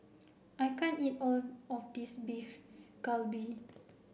I can't eat all of this Beef Galbi